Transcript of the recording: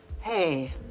Hey